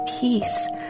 peace